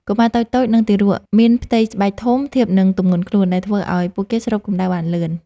កុមារតូចៗ និងទារក មានផ្ទៃស្បែកធំ ធៀបនឹងទម្ងន់ខ្លួន ដែលធ្វើឱ្យពួកគេស្រូបកម្ដៅបានលឿន។